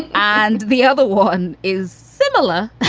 and the other one is similar.